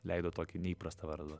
leido tokį neįprastą vardą